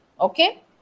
Okay